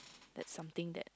that something that